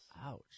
Ouch